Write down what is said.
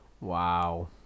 Wow